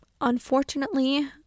unfortunately